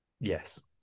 Yes